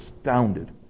astounded